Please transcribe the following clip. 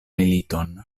militon